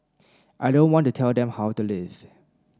I don't want to tell them how to live